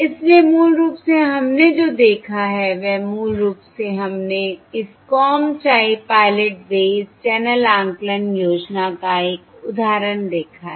इसलिए मूल रूप से हमने जो देखा है वह मूल रूप से हमने इस comb type pilot based channel आकलन योजना का एक उदाहरण देखा है